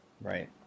right